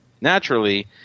naturally